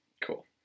Cool